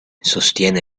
sostiene